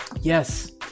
Yes